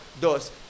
dos